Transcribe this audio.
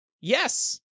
Yes